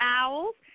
owls